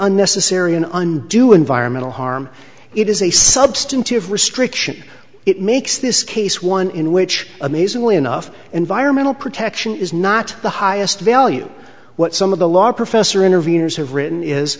unnecessary and undue environmental harm it is a substantive restriction it makes this case one in which amazingly enough environmental protection is not the highest value what some of the law professor interveners have written is